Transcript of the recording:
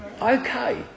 okay